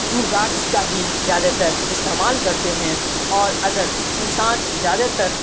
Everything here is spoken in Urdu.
ٹور گائڈس کا ہی زیادہ تر استعمال کرتے ہیں اور اگر انسان زیادہ تر